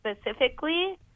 specifically